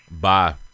Bye